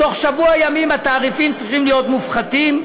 בתוך שבוע ימים התעריפים צריכים להיות מופחתים,